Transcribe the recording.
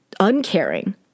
Uncaring